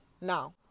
now